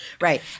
Right